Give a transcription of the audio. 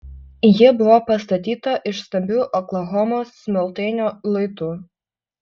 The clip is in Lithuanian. ji buvo pastatyta iš stambių oklahomos smiltainio luitų